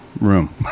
room